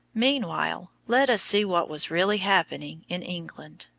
meanwhile let us see what was really happening in england.